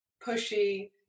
pushy